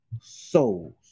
souls